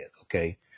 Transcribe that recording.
Okay